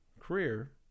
career